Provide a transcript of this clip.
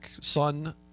son